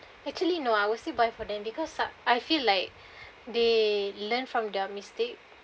actually no I will still buy from them because a~ I feel like they learnt from their mistakes